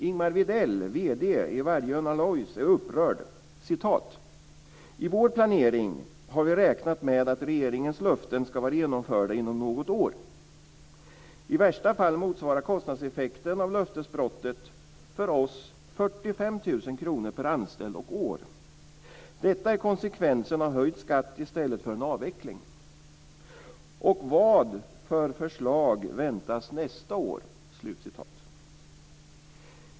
Ingemar Widell, vd i Vargön Alloys, är upprörd: "I vår planering har vi räknat med att regeringens löften skulle vara genomförda inom något år. I värsta fall motsvarar kostnadseffekten av löftesbrottet, för oss, 45 000 kronor per anställd och år. Detta är konsekvensen av höjd skatt i stället för en avveckling. Och vad för förslag väntas nästa år?"